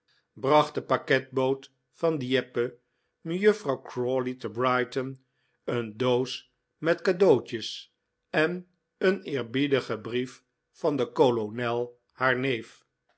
bracht de pakketboot van dieppe mejuffrouw crawley te brighton een doos met cadeautjes en een eerbiedigen brief van den kolonel haar neef